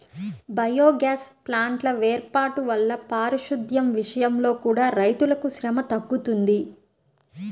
biogas ప్లాంట్ల వేర్పాటు వల్ల పారిశుద్దెం విషయంలో కూడా రైతులకు శ్రమ తగ్గుతుంది